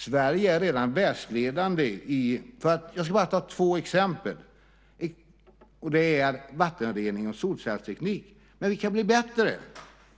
Sverige är redan världsledande i, för att bara ta två exempel, vattenrening och solcellsteknik, men vi kan bli bättre.